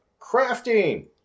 Crafting